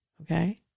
okay